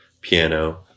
piano